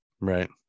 Right